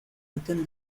within